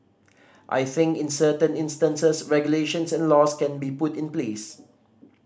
I think in certain instances regulations and laws can be put in place